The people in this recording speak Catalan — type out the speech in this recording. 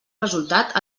resultat